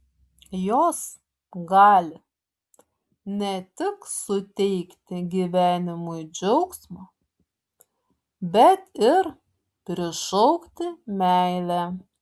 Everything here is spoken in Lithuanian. jos gali ne tik suteikti gyvenimui džiaugsmo bet ir prišaukti meilę